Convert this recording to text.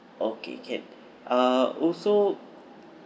okay can ah also